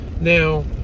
Now